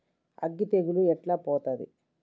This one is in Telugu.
అగ్గి తెగులు ఎట్లా పోతది?